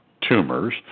tumors